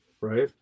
right